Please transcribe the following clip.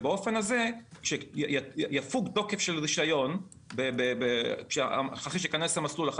ובאופן הזה כשיפוג תוקף של רישיון אחרי שאכנס למסלול,